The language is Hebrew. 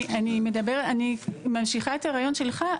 אני ממשיכה את הרעיון שלך,